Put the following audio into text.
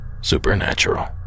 supernatural